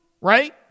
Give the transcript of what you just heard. right